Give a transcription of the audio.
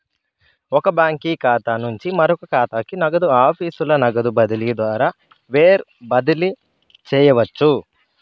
ఒక బాంకీ ఖాతా నుంచి మరో కాతాకి, నగదు ఆఫీసుల నగదు బదిలీ ద్వారా వైర్ బదిలీ చేయవచ్చు